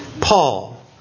Paul